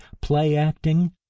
play-acting